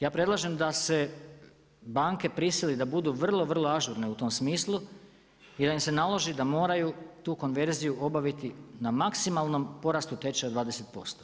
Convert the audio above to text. Ja predlažem, da se banke prisile da budu vrlo vrlo ažurne u tom smislu i da im se naloži da moraju tu konverziju obaviti na maksimalnom porastu tečaja od 20%